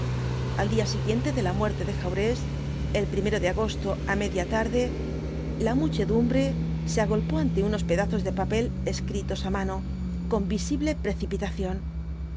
al día siguiente de la muerte de jaurés el de agosto á media tarde la muchedumbre se agolpó ante unos pedazos de papel escritos á mano con visible precipitación